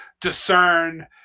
discern